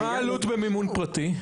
מה עלות במימון פרטי?